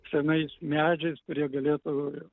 senais medžiais kurie galėtų